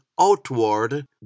outward